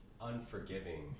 unforgiving